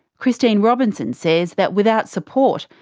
christine robinson says that without support,